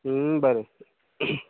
बरें